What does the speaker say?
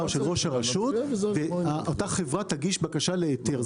או של ראש הרשות ואותה חברה תגיש בקשה להיתר.